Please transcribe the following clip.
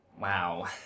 Wow